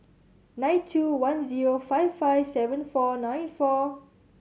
nine two one zero five five seven four nine four